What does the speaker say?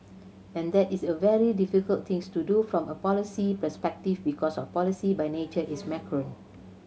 and that is a very difficult thing to do from a policy perspective because policy by nature is macro